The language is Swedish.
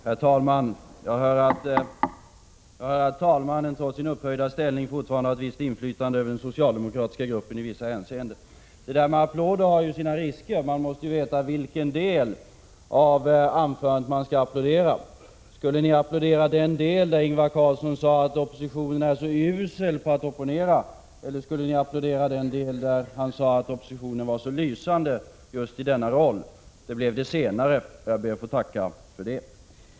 Herr talman! Jag hör att talmannen trots sin upphöjda ställning fortfarande har ett visst inflytande över den socialdemokratiska gruppen i vissa hänseenden. Men applåder har sina risker. Man måste ju veta vilken del av anförandet som man applåderar. Skulle ni applådera den del där Ingvar Carlsson sade att oppositionen är usel på att opponera eller skulle ni applådera den del där han sade att oppositionen var lysande just i denna roll? Det blev det senare, och jag ber att få tacka för det.